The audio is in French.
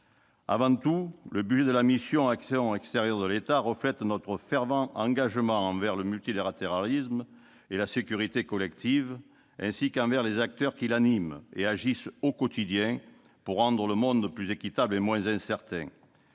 Avant tout, le budget de la mission « Action extérieure de l'État » reflète notre fervent engagement envers le multilatéralisme et la sécurité collective, ainsi qu'envers les acteurs qui l'animent et agissent au quotidien pour rendre le monde plus équitable et moins incertain.